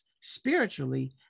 spiritually